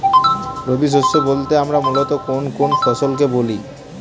রবি শস্য বলতে আমরা মূলত কোন কোন ফসল কে বলি?